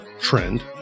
trend